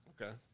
okay